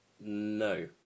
No